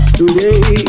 today